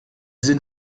sind